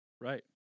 Right